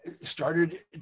started